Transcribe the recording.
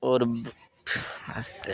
और बस